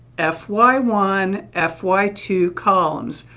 f y one, f y two columns.